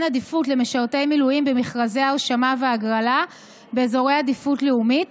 עדיפות למשרתי מילואים במכרזי הרשמה והגרלה באזורי עדיפות לאומית